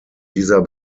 dieser